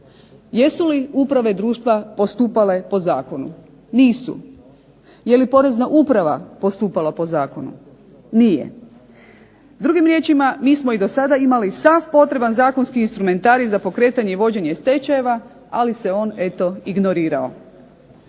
Jesu li uprave društva postupale po zakonu? Nisu. Je li porezna uprava postupala po zakonu? Nije. Drugim riječima mi smo i do sada imali sav potreban zakonski instrumentarij za pokretanje i vođenje stečajeva, ali se on eto ignorirao.